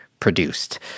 produced